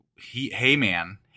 Heyman